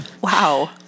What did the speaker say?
Wow